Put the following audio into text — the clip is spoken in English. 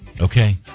Okay